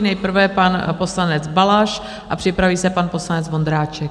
Nejprve pan poslanec Balaš a připraví se pan poslanec Vondráček.